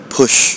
push